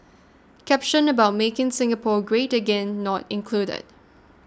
caption about making Singapore great again not included